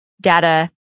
data